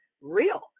real